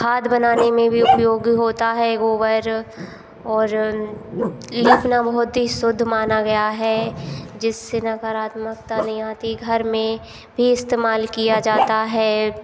खाद बनाने में भी उपयोगी होता है गोबर और लीपना बहुत ही शुद्ध माना गया है जिससे नकारात्मकता नहीं आती घर में भी इस्तेमाल किया जाता है